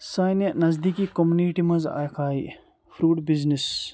سانہِ نزدیٖکی کوٚمنِٹی منٛز اَکھ آیہِ فرٛوٗٹ بِزنیٚس